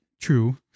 true